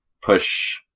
push